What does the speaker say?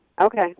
Okay